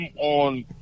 on